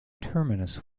terminus